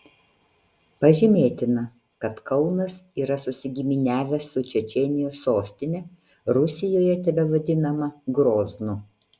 pažymėtina kad kaunas yra susigiminiavęs su čečėnijos sostine rusijoje tebevadinama groznu